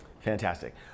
fantastic